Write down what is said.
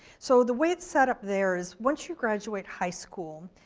so the way it's set up there is once you graduate high school,